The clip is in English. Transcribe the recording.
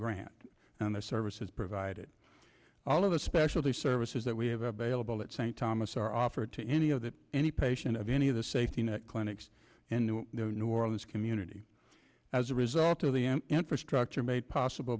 grant and their services provided all of the special services that we have available at st thomas are offered to any of that any patient of any of the safety net clinics in new orleans community as a result of the infrastructure made possible